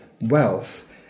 wealth